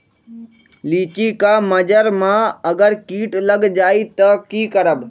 लिचि क मजर म अगर किट लग जाई त की करब?